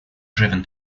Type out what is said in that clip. driven